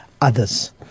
others